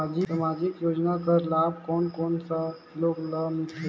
समाजिक योजना कर लाभ कोन कोन सा लोग ला मिलथे?